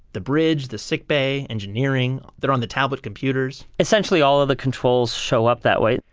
the bridge, the sickbay, engineering. they're on the tablet computers essentially all of the controls show up that way.